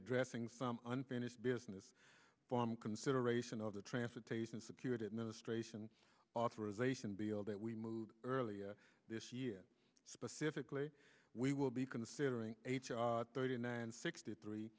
addressing some unfinished business from consideration of the transportation security administration authorization bill that we moved earlier this year specifically we will be considering h r thirty nine sixty three